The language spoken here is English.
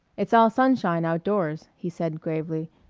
it's all sunshine outdoors, he said gravely.